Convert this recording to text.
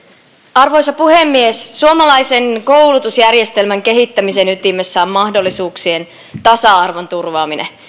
arvoisa puhemies suomalaisen koulutusjärjestelmän kehittämisen ytimessä on mahdollisuuksien tasa arvon turvaaminen